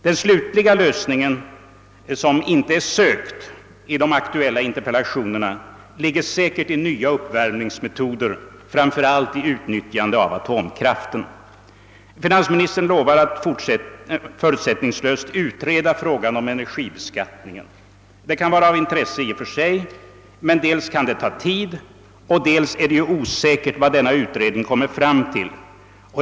Den slutliga lösningen, som inte är sökt i de aktuella interpellationerna, ligger säkert i nya uppvärmningsmetoder, framför allt i utnyttjande av atomkraften. Finansministern lovar att förutsättningslöst utreda frågan om energibeskattningen. Det kan vara av intresse i och för sig, men dels kan detta ta tid och dels är det ju osäkert vad utredningen kommer fram till.